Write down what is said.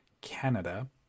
Canada